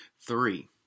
Three